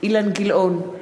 אילן גילאון,